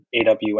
AWS